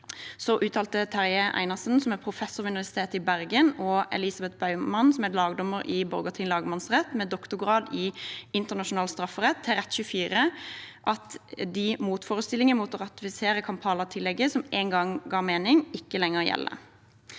uttalte Terje Einarsen, som er professor ved universitetet i Bergen, og Elizabeth Baumann, som er lagdommer i Borgarting lagmannsrett med doktorgrad i internasjonal strafferett, til Rett24 at de motforestillinger mot å ratifisere Kampala-tillegget som en gang ga mening, ikke lenger gjelder.